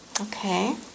Okay